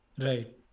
Right